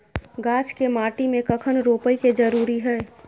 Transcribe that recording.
गाछ के माटी में कखन रोपय के जरुरी हय?